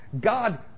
God